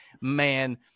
man